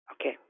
Okay